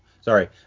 sorry